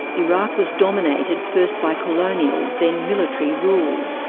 iraq was dominated first by colonial then military rule.